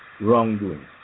wrongdoing